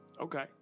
Okay